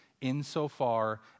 Insofar